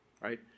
Right